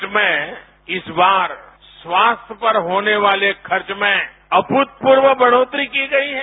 budget में इस बार स्वास्थ्य पर होने वाले खर्च में अभूतपूर्व बढ़ोतरी की गई है